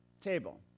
table